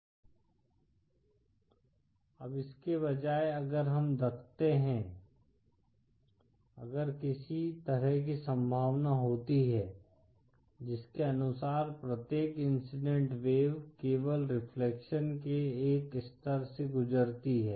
अब इसके बजाय अगर हम रखते हैं अगर किसी तरह की संभावना होती है जिसके अनुसार प्रत्येक इंसिडेंट वेव केवल रिफ्लेक्शन के एक स्तर से गुजरती है